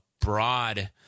broad